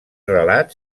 relat